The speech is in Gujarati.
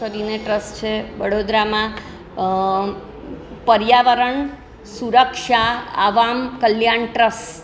કરીને ટ્રસ્ટ છે વડોદરામાં પર્યાવરણ સુરક્ષા આવામ કલ્યાણ ટ્રસ્ટ